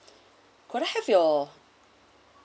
could I have your